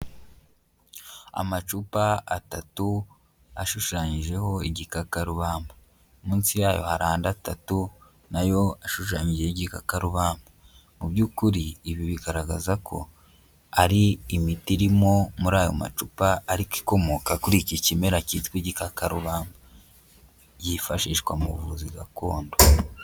Amacupa atatu ashushanyijeho igikakarubamba, munsi yayo hari andi atatu, nayo ashushanyije igikakarubamba, mu by'ukuri ibi bigaragaza ko ari imiti irimo muri ayo macupa ariko ikomoka kuri iki kimera cyitwa igikakarubanda, yifashishwa mu buvuzi gakondo.